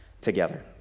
together